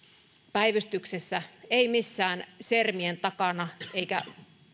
päivystyksessä ei missään sermien takana eikä